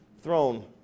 throne